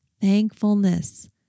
thankfulness